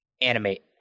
animate